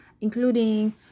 including